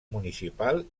municipal